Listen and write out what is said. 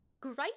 Great